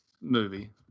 movie